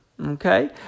Okay